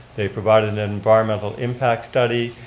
they provided an environmental impact study.